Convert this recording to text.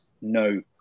no